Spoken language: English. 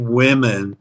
women